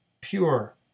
pure